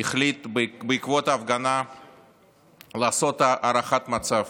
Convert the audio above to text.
החליט בעקבות ההפגנה לעשות הערכת מצב